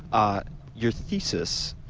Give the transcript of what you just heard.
ah your thesis